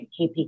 KP